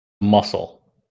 muscle